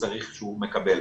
צריך לקבל,